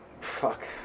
fuck